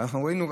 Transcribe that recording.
ואנחנו ראינו.